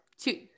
two